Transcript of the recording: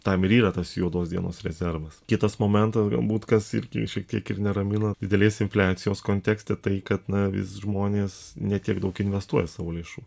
tam ir yra tas juodos dienos rezervas kitas momentas galbūt kas irgi šiek tiek ir neramina didelės infliacijos kontekste tai kad na vis žmonės ne tiek daug investuoja savo lėšų